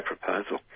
proposal